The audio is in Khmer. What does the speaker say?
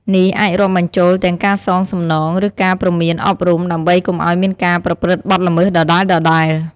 នេះអាចរាប់បញ្ចូលទាំងការសងសំណង ឬការព្រមានអប់រំ ដើម្បីកុំឱ្យមានការប្រព្រឹត្តបទល្មើសដដែលៗ។